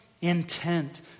intent